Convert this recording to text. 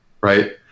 right